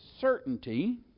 certainty